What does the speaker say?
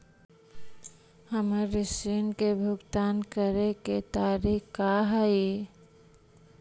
हमर ऋण के भुगतान करे के तारीख का हई?